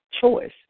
choice